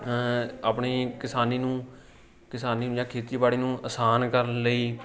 ਆਪਣੀ ਕਿਸਾਨੀ ਨੂੰ ਕਿਸਾਨੀ ਨੂੰ ਜਾਂ ਖੇਤੀਬਾੜੀ ਨੂੰ ਆਸਾਨ ਕਰਨ ਲਈ